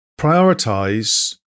prioritize